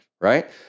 right